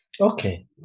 Okay